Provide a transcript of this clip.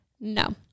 No